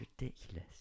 ridiculous